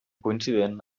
coincident